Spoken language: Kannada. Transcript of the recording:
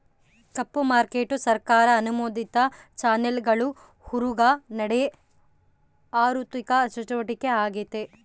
ಕಪ್ಪು ಮಾರ್ಕೇಟು ಸರ್ಕಾರ ಅನುಮೋದಿತ ಚಾನೆಲ್ಗುಳ್ ಹೊರುಗ ನಡೇ ಆಋಥಿಕ ಚಟುವಟಿಕೆ ಆಗೆತೆ